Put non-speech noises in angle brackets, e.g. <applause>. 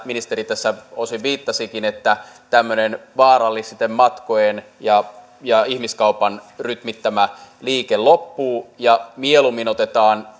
ministeri tässä osin viittasikin että tämmöinen vaarallisten matkojen ja ja ihmiskaupan rytmittämä liike loppuu ja mieluummin otetaan <unintelligible>